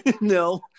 No